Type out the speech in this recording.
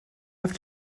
have